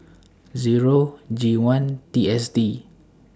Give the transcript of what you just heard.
Zero G one T S D